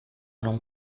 non